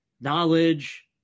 knowledge